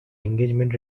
engagement